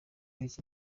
iki